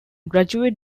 graduate